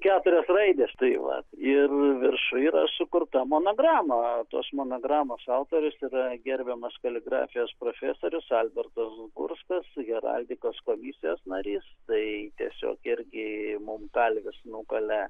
keturios raidės tai vat ir viršuj yra sukurta monograma tos monogramos autorius yra gerbiamas kaligrafijos profesorius albertas gurskas heraldikos komisijos narys tai tiesiog irgi mum kalvis nukalė